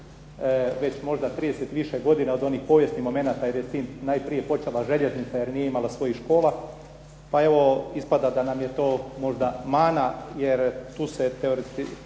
već možda 30 i više godina od onih povijesnih momenata, jer je s tim najprije počela željeznica jer nije imala svojim škola, pa evo ispada da nam je to možda mana. Jer tu se teorije